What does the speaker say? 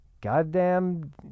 goddamn